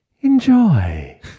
Enjoy